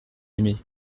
aimé